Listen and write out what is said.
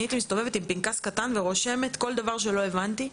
אני הייתי מסתובבת עם פנקס קטן ורושמת כל דבר שלא הבנתי,